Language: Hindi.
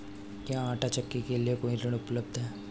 क्या आंटा चक्की के लिए कोई ऋण उपलब्ध है?